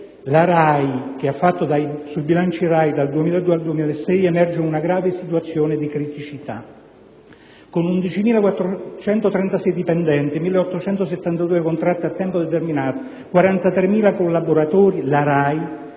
gruppo di esperti, sui bilanci RAI dal 2002 al 2006, emerge un grave situazione di criticità: con 11.436 dipendenti, 1.872 contratti a tempo determinato, 43.000 collaboratori, la RAI,